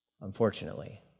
unfortunately